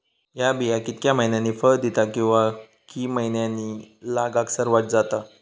हया बिया कितक्या मैन्यानी फळ दिता कीवा की मैन्यानी लागाक सर्वात जाता?